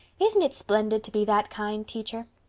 isn't it splendid to be that kind, teacher?